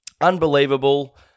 unbelievable